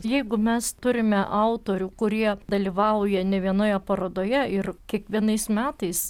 jeigu mes turime autorių kurie dalyvauja ne vienoje parodoje ir kiekvienais metais